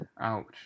Ouch